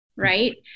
Right